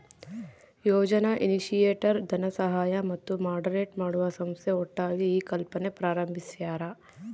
ಯೋಜನಾ initiator ಧನಸಹಾಯ ಮತ್ತು moderate ಮಾಡುವ ಸಂಸ್ಥೆ ಒಟ್ಟಾಗಿ ಈ ಕಲ್ಪನೆ ಪ್ರಾರಂಬಿಸ್ಯರ